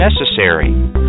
necessary